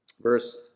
Verse